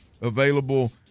available